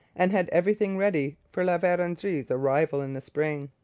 and had everything ready for la verendrye's arrival in the spring.